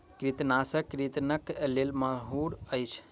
कृंतकनाशक कृंतकक लेल माहुर अछि